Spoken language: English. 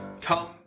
come